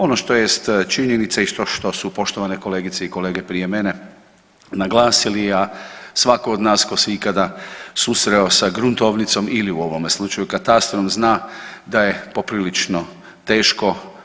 Ono što jest činjenica i što su poštovane kolegice i kolege prije mene naglasili, a svako od nas tko se ikada susreo sa gruntovnicom ili u ovome slučaju katastrom zna da je poprilično teško.